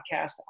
podcast